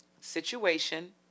situation